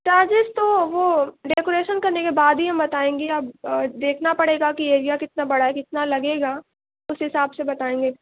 George's تو وہ decoration کرنے کے بعد ہی ہم بتائیں گے اب دیکھنا پڑے گا کہ ایریا کتنا بڑا ہے کتنا لگے گا اس حساب سے بتائیں گے